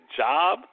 job